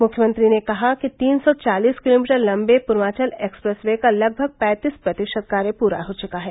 मुख्यमंत्री ने कहा कि तीन सौ चालीस किलोमीटर लंबे पूर्वांचल एक्सप्रेस वे का लगभग ैंतीस प्रतिशत कार्य पूरा हो चुका है